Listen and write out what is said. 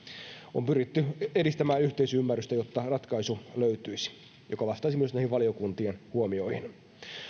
on pyritty edistämään yhteisymmärrystä jotta löytyisi ratkaisu joka vastaisi myös näihin valiokuntien huomioihin